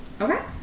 Okay